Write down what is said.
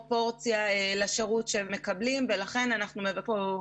מי סופג את הנזק, הגן, ההורה.